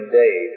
day